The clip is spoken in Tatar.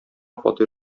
фатир